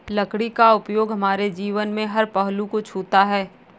लकड़ी का उपयोग हमारे जीवन के हर पहलू को छूता है